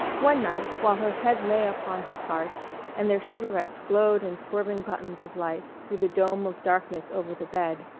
one night while her head lay upon his heart and their cigarettes glowed in swerving buttons of light through the dome of darkness over the bed,